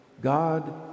God